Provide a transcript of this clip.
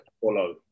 follow